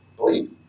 believe